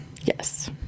Yes